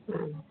হ্যাঁ